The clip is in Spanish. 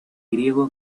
griego